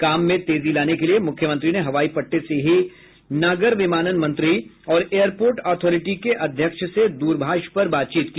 काम में तेजी लाने के लिये मुख्यमंत्री ने हवाई पट्टी से ही नागर विमानन मंत्री और एयरपोर्ट अथॉरिटी के अध्यक्ष से दूरभाष पर बातचीत की